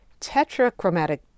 tetrachromatic